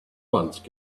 once